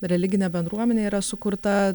religinė bendruomenė yra sukurta